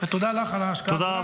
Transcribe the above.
ותודה לך על ההשקעה.